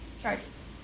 charges